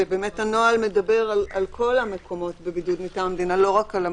ובאמת הנוהל מדבר על כל המקומות בבידוד מטעם המדינה ולא רק על המבודדים.